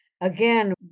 Again